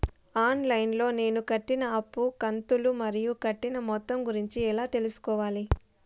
On line లో నేను కట్టిన అప్పు కంతులు మరియు కట్టిన మొత్తం గురించి ఎలా తెలుసుకోవాలి?